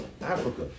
Africa